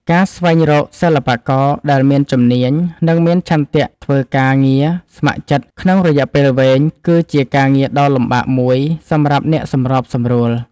ការស្វែងរកសិល្បករដែលមានជំនាញ និងមានឆន្ទៈធ្វើការងារស្ម័គ្រចិត្តក្នុងរយៈពេលវែង គឺជាការងារដ៏លំបាកមួយសម្រាប់អ្នកសម្របសម្រួល។